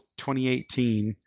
2018